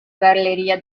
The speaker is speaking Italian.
galleria